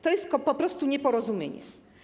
To jest po prostu nieporozumienie.